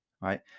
right